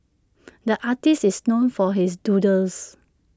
the artist is known for his doodles